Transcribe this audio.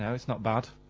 and it's not bad.